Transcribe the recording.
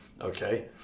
okay